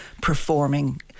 performing